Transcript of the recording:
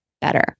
better